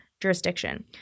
jurisdiction